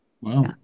wow